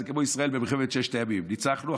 זה כמו ישראל במלחמת ששת הימים: ניצחנו,